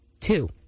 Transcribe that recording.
Two